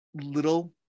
Little